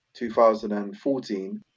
2014